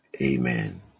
Amen